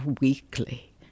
Weekly